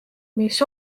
mis